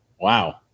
wow